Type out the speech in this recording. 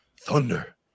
Thunder